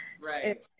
Right